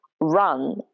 run